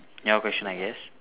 your question I guess